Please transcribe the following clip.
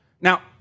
Now